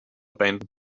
abandoned